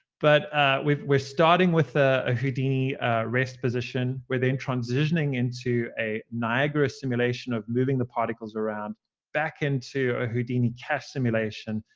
but we're starting with a houdini rest position. we're then transitioning into a niagara simulation of moving the particles around back into a houdini cache simulation.